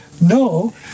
No